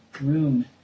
room